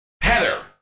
Heather